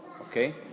okay